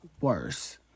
worse